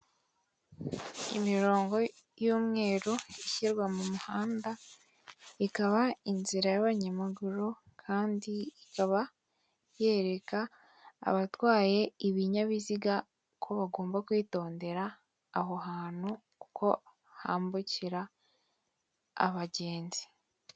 Imironko y'umweru ishirwa mu muhanda ikaba inzira y'abanyamaguru kandi ikaba yereka abatwaye ibinyabiziga ko bagomba kwitondera aho hantu kuko hambukira abagenzi.